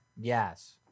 Yes